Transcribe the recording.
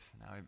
Now